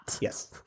Yes